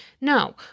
No